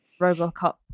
Robocop